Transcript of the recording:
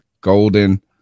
golden